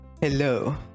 hello